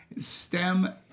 STEM